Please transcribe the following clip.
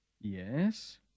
Yes